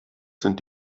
sind